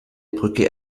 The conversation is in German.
brücke